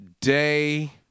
Day